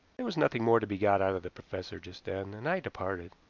there was nothing more to be got out of the professor just then, and i departed.